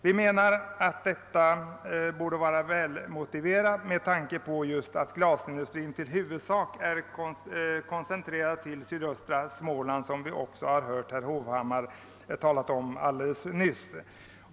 Vi menar att detta är väl motiverat med tanke på att glasindustrin i huvudsak är koncentrerad just till sydöstra Småland, såsom också herr Hovhammar nyss nämnde.